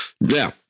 Now